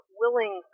willing